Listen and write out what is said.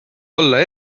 olla